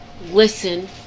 listen